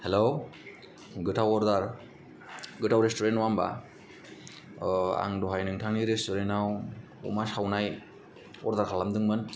हेल' गोथाव अर्दार गोथाव रेस्तुरेन्ट नङा होनबा आं दहाय नोंथांनि रस्तुरेन्टाव अमा सावनाय अरदार खालामदोंमोन